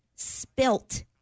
spilt